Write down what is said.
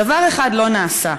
דבר אחד לא נעשה,